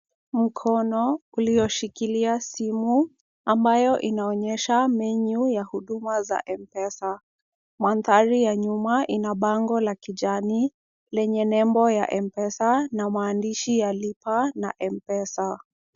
Mkono ulioshikilia simu ambayo inaonesha menyu ya huduma za M-Pesa. Mandhari ya nyuma ina bango la kijani, yenye nembo ya M-Pesa na maandishi ya Lipa na M-pesa.